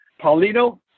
Paulino